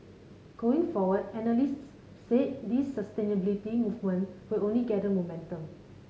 going forward analysts said this sustainability movement will only gather momentum